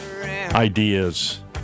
ideas